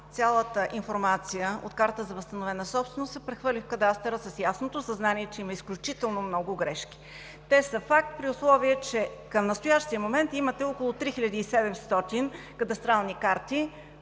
цялата информация от картата на възстановената собственост се прехвърли в кадастъра с ясното съзнание, че има изключително много грешки. Те са факт, при условие че към настоящия момент имате около 3700 кадастрални карти